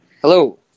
Hello